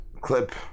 clip